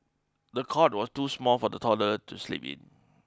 the cot was too small for the toddler to sleep in